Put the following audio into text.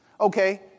Okay